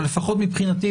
אבל לפחות מבחינתי,